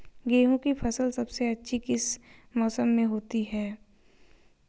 गेंहू की फसल सबसे अच्छी किस मौसम में होती है?